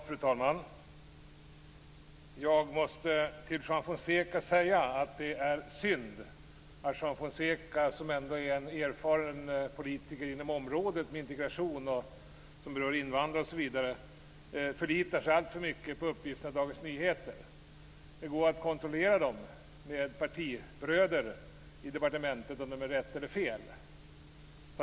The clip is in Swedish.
Fru talman! Jag måste till Juan Fonseca säga att det är synd att han - Juan Fonseca är ändå en erfaren politiker på området integration, invandrare osv. - alltför mycket förlitar sig på uppgifter i Dagens Nyheter. Det går att med partibröder på departementet kontrollera om uppgifterna är riktiga eller felaktiga.